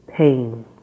pain